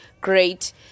Great